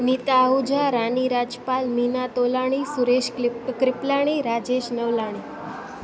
नीता आहुजा रानी राजपाल मीना तोलाणी सुरेश क्लिप कृपलाणी राजेश नवलाणी